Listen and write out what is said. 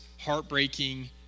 heartbreaking